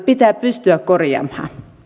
pitää pystyä korjaamaan